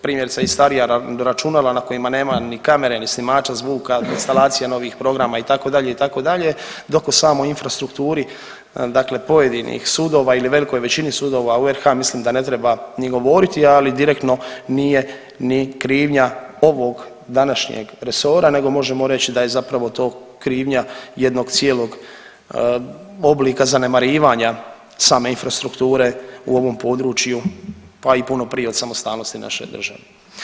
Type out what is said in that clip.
Primjerice i starija računala na kojima nema ni kamere, ni snimača zvuka, instalacije novih programa itd. itd. dok u samoj infrastrukturi, dakle pojedinih sudova ili velikoj većini sudova u RH mislim da ne treba ni govoriti, ali direktno nije ni krivnja ovog današnjeg resora nego možemo reći da je zapravo to krivnja jednog cijelog oblika zanemarivanja same infrastrukture u ovom području, pa i puno prije od samostalnosti naše države.